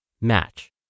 Match